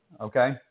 okay